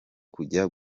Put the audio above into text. kujya